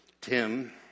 Tim